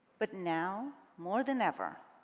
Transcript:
but now more than ever